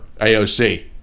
AOC